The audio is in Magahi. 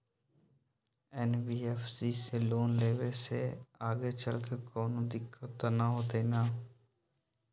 एन.बी.एफ.सी से लोन लेबे से आगेचलके कौनो दिक्कत त न होतई न?